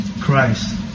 Christ